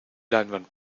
leinwand